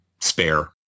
spare